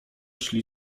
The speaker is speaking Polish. szli